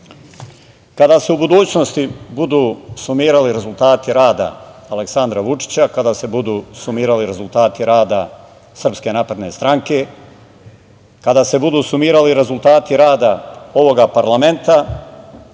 se u budućnosti budu sumirali rezultati rada Aleksandra Vučića, kada se budu sumirali rezultati rada SNS, kada se budu sumirali rezultati rada ovog parlamenta,